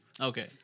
Okay